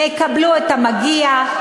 יקבלו את המגיע,